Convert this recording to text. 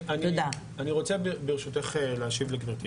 אני רוצה להשיב ברשותך לגברתי.